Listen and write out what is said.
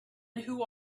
who